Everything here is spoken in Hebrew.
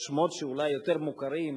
השמות שאולי יותר מוכרים,